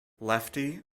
lefty